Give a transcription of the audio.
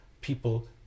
people